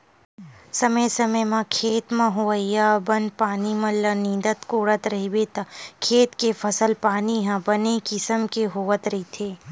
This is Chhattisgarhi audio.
समे समे म खेत म होवइया बन पानी मन ल नींदत कोड़त रहिबे त खेत के फसल पानी ह बने किसम के होवत रहिथे